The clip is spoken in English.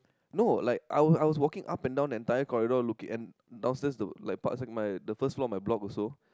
no like I was I was walking up and down the entire corridor looking and downstairs to like parks and my the first floor of my block also